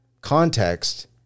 context